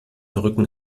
rücken